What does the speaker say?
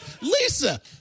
Lisa